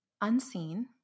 unseen